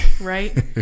right